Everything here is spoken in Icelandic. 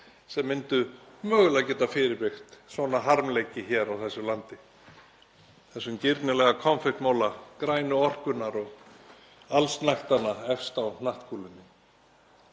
sem myndu mögulega geta fyrirbyggt svona harmleiki hér á þessu landi, þessum girnilega konfektmola grænu orkunnar og allsnægtanna efst á hnattkúlunni.